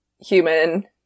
human